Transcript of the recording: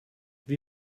wie